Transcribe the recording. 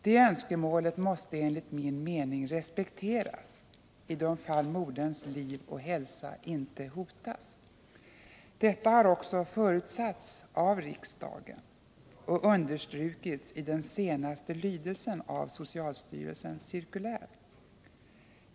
Det önskemålet måste enligt min mening respekteras i de fall moderns 55 liv och hälsa inte hotas. Detta har också förutsatts av riksdagen och understrukits i den senaste lydelsen av socialstyrelsens cirkulär.